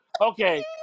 Okay